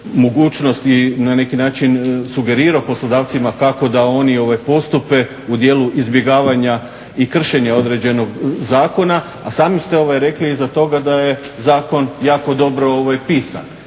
mogućnost i na neki način sugerirao poslodavcima kako da oni postupe u dijelu izbjegavanja i i kršenja određenog zakona, a sami ste rekli iza toga da je zakon jako dobro pisan.